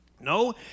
No